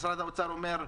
משרד האוצר אומר: